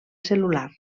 cel·lular